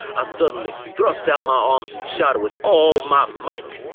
i suddenly thrust out my arms and shouted with all my might.